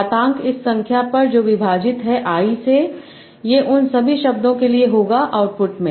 घातांक इस संख्या पर जो विभाजित है Iआई से ये उन सभी शब्दों के लिए होगा आउटपुट में